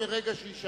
בעד יולי תמיר,